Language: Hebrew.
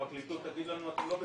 הפרקליטות תגיד לנו שאנחנו לא בסדר.